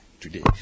today